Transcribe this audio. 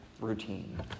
routine